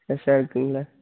ஃப்ரெஷ்ஷாக இருக்குங்களா